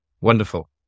Wonderful